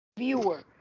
Viewer